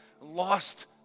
lost